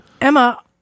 Emma